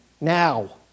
now